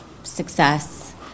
success